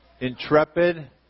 intrepid